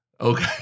Okay